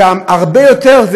הרבה יותר,